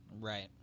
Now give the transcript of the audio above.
Right